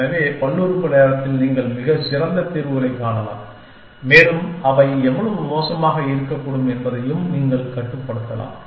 எனவே பல்லுறுப்பு நேரத்தில் நீங்கள் மிகச் சிறந்த தீர்வுகளைக் காணலாம் மேலும் அவை எவ்வளவு மோசமாக இருக்கக்கூடும் என்பதையும் நீங்கள் கட்டுப்படுத்தலாம்